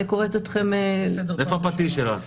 אני קוראת אתכם פעם שנייה.